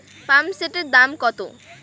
পাম্পসেটের দাম কত?